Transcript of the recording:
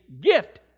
gift